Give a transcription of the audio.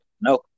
no